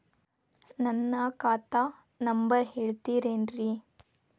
ನನ್ನ ಖಾತಾ ನಂಬರ್ ಹೇಳ್ತಿರೇನ್ರಿ?